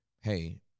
Hey